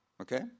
Okay